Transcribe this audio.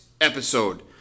episode